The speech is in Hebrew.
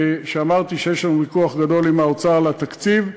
כשאמרתי שיש לנו ויכוח גדול עם האוצר על התקציב,